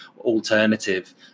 alternative